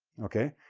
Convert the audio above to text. okay,